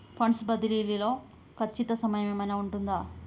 Funds బదిలీ లో ఖచ్చిత సమయం ఏమైనా ఉంటుందా?